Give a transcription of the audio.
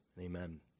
Amen